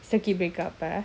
circuit breaker